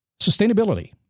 Sustainability